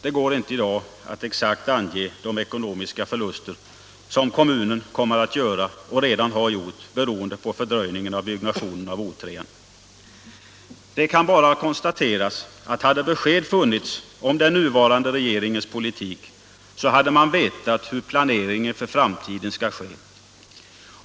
Det går inte i dag att exakt ange de ekonomiska förluster som kommunen kommer att göra och redan har gjort beroende på fördröjningen av byggnationen av O 3. Det kan bara konstateras att hade besked funnits om den nuvarande regeringens politik hade man vetat hur planeringen för framtiden skall ske.